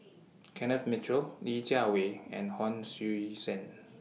Kenneth Mitchell Li Jiawei and Hon Sui Sen